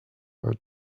are